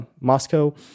Moscow